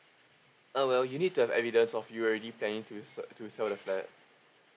uh well you need to have evidence of you already planning to sel~ to sell the flat